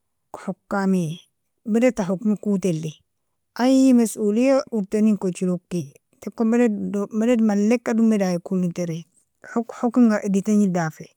Hokami, baldta hokmiko telie, ay musolia urtanil kojelog key, takon balad maleka domadagikolin tari hokamga editanil dafi